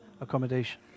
accommodation